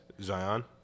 Zion